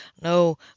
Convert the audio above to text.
No